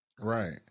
Right